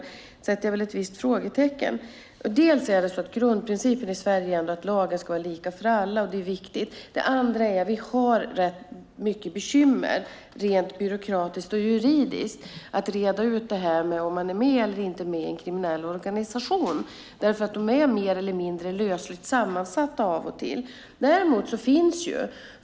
Jag sätter ett visst frågetecken inför det. Grundprincipen i Sverige är ändå att lagen ska vara lika för alla - det är viktigt. Dessutom har vi rätt mycket bekymmer rent byråkratiskt och juridiskt att reda ut om någon är med eller inte med i en kriminell organisation, eftersom de är mer eller mindre lösligt sammansatta av och till.